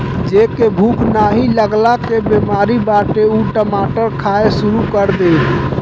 जेके भूख नाही लागला के बेमारी बाटे उ टमाटर खाए शुरू कर दे